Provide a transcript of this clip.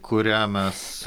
kurią mes